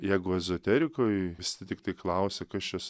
jeigu ezoterikui visi tiktai klausia kas čia su